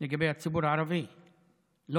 היום